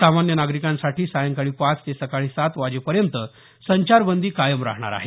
सामान्य नागरिकांसाठी सायंकाळी पाच ते सकाळी सात वाजेपर्यंत संचारबंदी कायम राहणार आहे